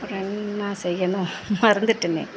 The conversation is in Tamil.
அப்புறம் என்ன செய்யணும் மறந்துவிட்டேனே